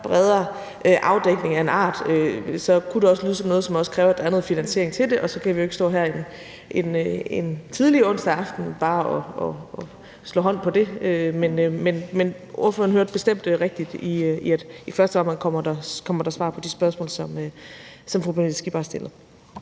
bredere afdækning af en art, kunne det også lyde som noget, som også kræver, at der er noget finansiering til det, og så kan vi jo ikke stå her en tidlig onsdag aften og bare give håndslag på det. Men ordføreren hørte det bestemt rigtigt: I første omgang kommer der svar på de spørgsmål, som fru Pernille Skipper har stillet.